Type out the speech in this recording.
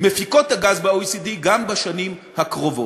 המפיקות גז ב-OECD, גם בשנים הקרובות.